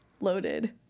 loaded